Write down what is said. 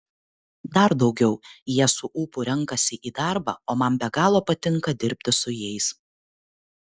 dar daugiau jie su ūpu renkasi į darbą o man be galo patinka dirbti su jais